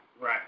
Right